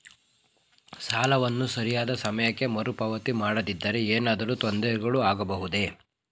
ಸಾಲವನ್ನು ಸರಿಯಾದ ಸಮಯಕ್ಕೆ ಮರುಪಾವತಿ ಮಾಡದಿದ್ದರೆ ಏನಾದರೂ ತೊಂದರೆಗಳು ಆಗಬಹುದೇ?